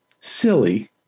silly